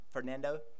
Fernando